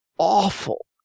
awful